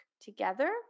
together